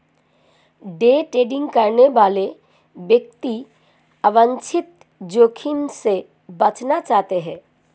day trading करने वाले व्यक्ति अवांछित जोखिम से बचना चाहते हैं